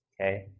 okay